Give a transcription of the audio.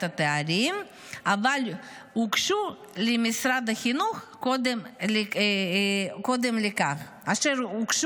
התארים אשר הוגשו למשרד החינוך קודם לכן.